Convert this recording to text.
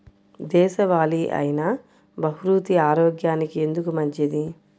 దేశవాలి అయినా బహ్రూతి ఆరోగ్యానికి ఎందుకు మంచిది?